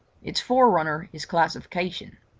its forerunner is classification.